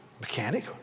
mechanic